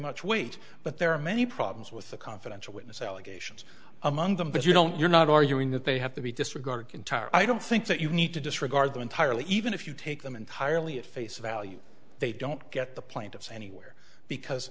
much weight but there are many problems with the confidential witness allegations among them but you don't you're not arguing that they have to be disregarded entire i don't think that you need to disregard them entirely even if you take them entirely at face value they don't get the plaintiffs anywhere because